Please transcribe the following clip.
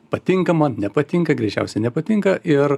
patinka man nepatinka greičiausiai nepatinka ir